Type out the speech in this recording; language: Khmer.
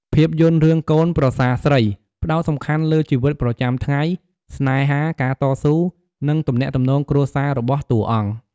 ភាពយន្ត រឿង"កូនប្រសារស្រី" ផ្តោតសំខាន់លើ ជីវិតប្រចាំថ្ងៃ ស្នេហា ការតស៊ូ និងទំនាក់ទំនងគ្រួសារ របស់តួអង្គ។